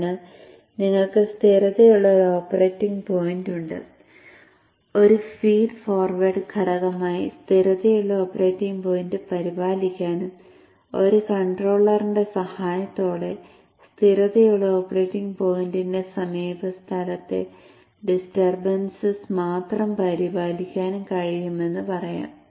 അതിനാൽ നിങ്ങൾക്ക് സ്ഥിരതയുള്ള ഒരു ഓപ്പറേറ്റിംഗ് പോയിന്റ് ഉണ്ട് ഒരു ഫീഡ് ഫോർവേഡ് ഘടകമായി സ്ഥിരതയുള്ള ഓപ്പറേറ്റിംഗ് പോയിന്റ് പരിപാലിക്കാനും ഒരു കൺട്രോളറിന്റെ സഹായത്തോടെ സ്ഥിരതയുള്ള ഓപ്പറേറ്റിംഗ് പോയിന്റിന്റെ സമീപ സ്ഥലത്തെ ഡിസ്റ്റർബെൻസസ് മാത്രം പരിപാലിക്കാനും കഴിയുമെന്ന് പറയാം